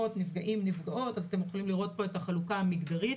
נפגעים/נפגעות אפשר לראות את החלוקה המגדרית,